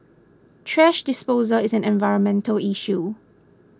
thrash disposal is an environmental issue